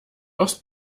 aufs